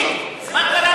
כמה?